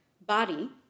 body